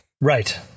Right